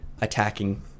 attacking